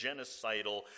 genocidal